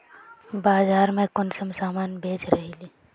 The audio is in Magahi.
बाजार में कुंसम सामान बेच रहली?